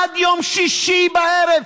עד יום שישי בערב,